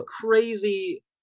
crazy